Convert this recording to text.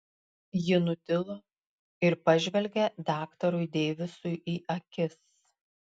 ji nutilo ir pažvelgė daktarui deivisui į akis